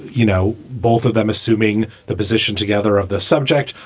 you know, both of them assuming the position together of the subject.